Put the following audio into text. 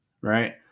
right